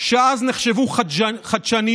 שאז נחשבו חדשניות,